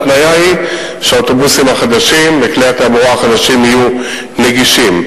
ההתניה היא שהאוטובוסים החדשים וכלי התעבורה החדשים יהיו נגישים.